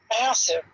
massive